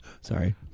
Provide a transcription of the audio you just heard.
Sorry